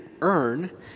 earn